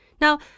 Now